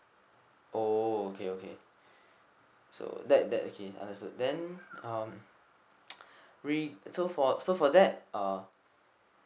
oh okay okay so that that okay understood then um re~ so for so for that uh